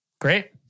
Great